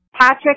Patrick